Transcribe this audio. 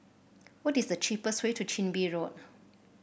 what is the cheapest way to Chin Bee Road